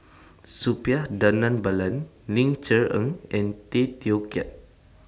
Suppiah Dhanabalan Ling Cher Eng and Tay Teow Kiat